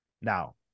Now